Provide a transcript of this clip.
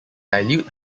dilute